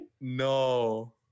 No